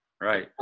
Right